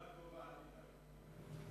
הגאולה קרובה, אל תדאג.